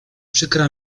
przykra